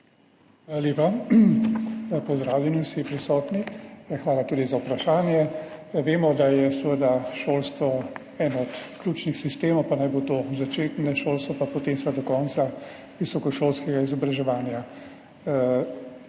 lepa. Pozdravljeni vsi prisotni! Hvala tudi za vprašanje! Vemo, da je seveda šolstvo eden od ključnih sistemov, pa naj bo to začetno šolstvo, pa potem vse do konca visokošolskega izobraževanja.